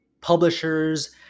publishers